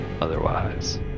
otherwise